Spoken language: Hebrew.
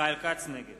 נגד